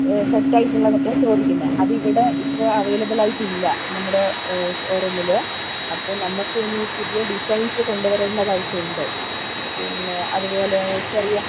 set ആയിട്ടുള്ളതൊക്കെ ആണ് ചോദിക്കുന്നത് അതിവിടെ ഇപ്പോൾ അവൈലബിൾ ആയിട്ടില്ല നമ്മുടെ ഷോറൂമിൽ അപ്പോൾ നമുക്കിനി പുതിയ ഡിസൈൻസ് കൊണ്ട് വരേണ്ടതായിട്ടുണ്ട് പിന്നെ അതുപോലെ ചെറിയ